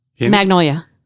magnolia